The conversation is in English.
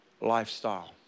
lifestyle